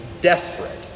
desperate